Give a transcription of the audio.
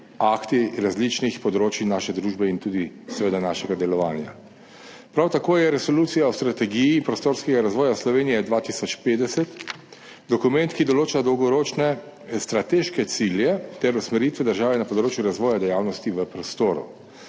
akti različnih področij naše družbe in tudi seveda našega delovanja. Prav tako je resolucija o strategiji prostorskega razvoja Slovenije 2050 dokument, ki določa dolgoročne strateške cilje ter usmeritve države na področju razvoja dejavnosti v prostoru.